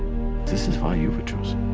this is why you were chosen